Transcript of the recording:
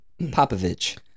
Popovich